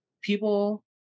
people